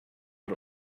are